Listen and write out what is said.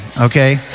okay